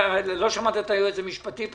לא שמעת את הדברים של היועץ המשפטי?